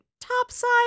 topside